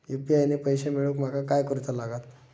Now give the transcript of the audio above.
UPI ने पैशे मिळवूक माका काय करूचा लागात?